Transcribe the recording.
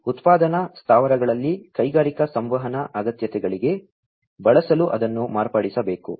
ಆದ್ದರಿಂದ ಉತ್ಪಾದನಾ ಸ್ಥಾವರಗಳಲ್ಲಿ ಕೈಗಾರಿಕಾ ಸಂವಹನ ಅಗತ್ಯತೆಗಳಿಗೆ ಬಳಸಲು ಅದನ್ನು ಮಾರ್ಪಡಿಸಬೇಕು